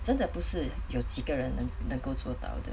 真的不是有几个人能能够做到的